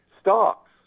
stocks